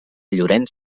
llorenç